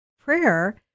prayer